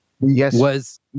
Yes